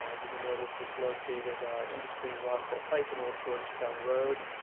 ah you will notice it's located in between rockville pike and old georgetown road.